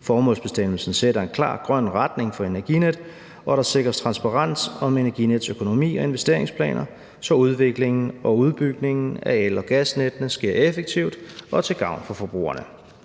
Formålsbestemmelsen sætter en klar grøn retning for Energinet, og der sikres transparens om Energinets økonomi og investeringsplaner, så udviklingen og udbygningen af el- og gasnettene sker effektivt og til gavn for forbrugerne.